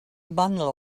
bundle